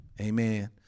Amen